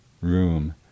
room